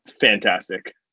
Fantastic